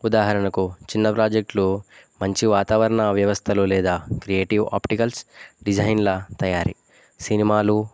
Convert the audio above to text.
ఉదాహరణకు చిన్న ప్రాజెక్టులు మంచి వాతావరణ వ్యవస్థలు లేదా క్రియేటివ్ ఆప్టికల్స్ డిజైన్ల తయారీ సినిమాలు